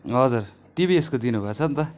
हजुर टिभिएसको दिनु भएछन् त